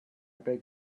beg